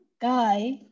guy